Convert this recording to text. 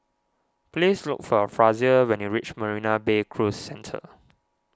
please look for Frazier when you reach Marina Bay Cruise Centre